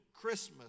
Christmas